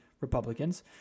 Republicans